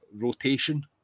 rotation